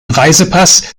reisepass